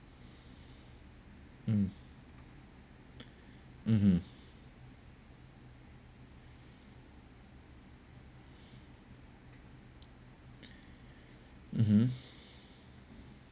mm mmhmm mmhmm